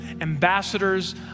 ambassadors